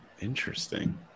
Interesting